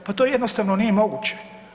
Pa to jednostavno nije moguće.